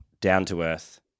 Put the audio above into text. down-to-earth